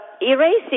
erasing